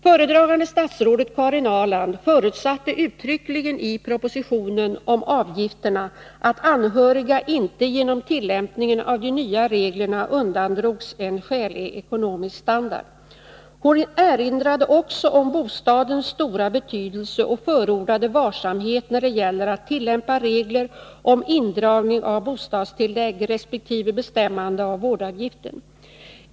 Föredragande statsrådet, Karin Ahrland, förutsatte uttryckligen i propositionen om avgifterna att anhöriga inte genom tillämpningen av de nya reglerna undandrogs en skälig ekonomisk standard. Hon erinrade också om bostadens stora betydelse och förordade varsamhet när det gäller att tillämpa regler om indragning av bostadstillägg resp. bestämmande av vårdavgiften.